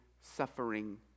suffering